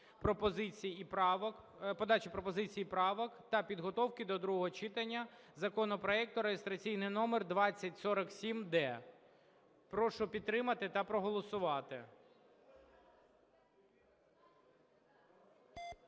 подачі пропозицій і правок та підготовки до другого читання законопроекту (реєстраційний номер 2047-д). Прошу підтримати та проголосувати.